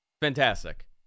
Fantastic